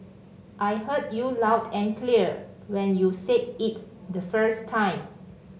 I heard you loud and clear when you said it the first time